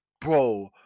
Bro